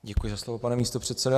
Děkuji za slovo, pane místopředsedo.